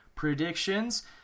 Predictions